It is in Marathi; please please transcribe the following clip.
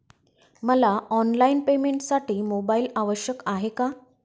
मला ऑनलाईन पेमेंटसाठी मोबाईल आवश्यक आहे का?